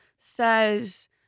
says